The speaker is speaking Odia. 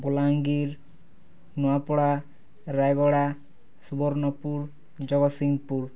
ବଲାଙ୍ଗୀର ନୂଆପଡ଼ା ରାୟଗଡ଼ା ସୁବର୍ଣ୍ଣପୁର ଜଗତସିଂହପୁର